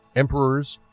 emperors,